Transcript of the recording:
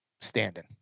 standing